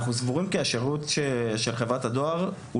אנחנו סבורים כי השירות של חברת הדואר הוא